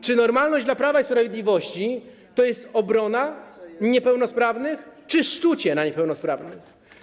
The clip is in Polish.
Czy normalność dla Prawa i Sprawiedliwości to jest obrona niepełnosprawnych, czy szczucie na niepełnosprawnych?